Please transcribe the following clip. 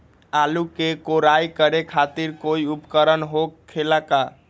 आलू के कोराई करे खातिर कोई उपकरण हो खेला का?